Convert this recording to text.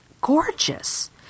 gorgeous